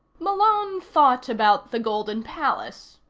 malone thought about the golden palace.